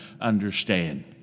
understand